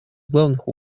главных